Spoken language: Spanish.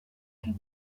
que